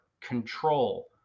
control